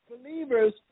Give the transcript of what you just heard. Believers